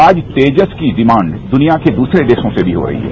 आज तेजस की डिमांड दुनिया के दूसरे देशों से भी हो रही है